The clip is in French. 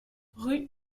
rue